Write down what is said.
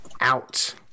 out